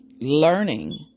learning